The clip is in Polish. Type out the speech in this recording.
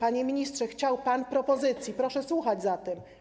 Panie ministrze, chciał pan propozycji, proszę słuchać zatem.